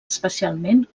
especialment